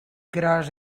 gros